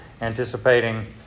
anticipating